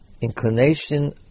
inclination